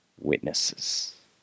witnesses